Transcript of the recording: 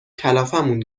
کلافمون